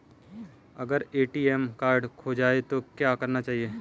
अगर ATM card खो जाए तो क्या करना चाहिए?